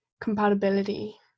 compatibility